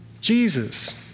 Jesus